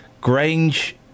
Grange